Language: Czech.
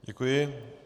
Děkuji.